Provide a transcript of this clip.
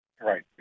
Right